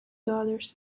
daughters